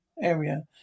area